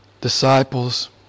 disciples